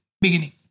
beginning